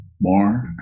more